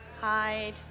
hide